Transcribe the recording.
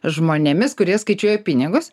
žmonėmis kurie skaičiuoja pinigus